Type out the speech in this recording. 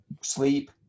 sleep